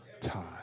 time